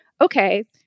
okay